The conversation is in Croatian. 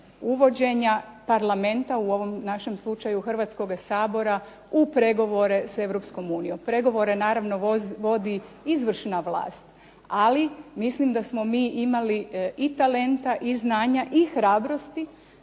uvođenja Parlamenta, u ovom našem slučaju Hrvatskoga sabora u pregovore s Europskom unijom. Pregovore naravno vodi izvršna vlast, ali mislim da smo mi imali i talenta i znanja i hrabrosti